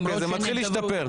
זה מתחיל להשתפר.